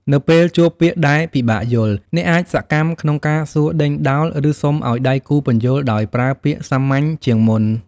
នៅពេលជួបពាក្យដែលពិបាកយល់ អ្នកអាចសកម្មក្នុងការសួរដេញដោល ឬសុំឱ្យដៃគូពន្យល់ដោយប្រើពាក្យសាមញ្ញជាងមុន។